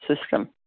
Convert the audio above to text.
system